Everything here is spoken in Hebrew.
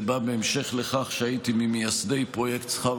זה בא בהמשך לכך שהייתי ממייסדי פרויקט שכר